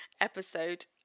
episode